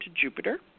Jupiter